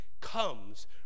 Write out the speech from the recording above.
comes